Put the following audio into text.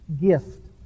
gift